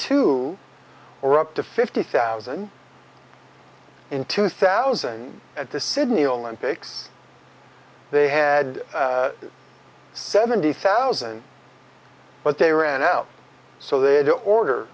two or up to fifty thousand in two thousand at the sydney olympics they had seventy thousand but they ran out so they don't order